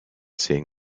seeing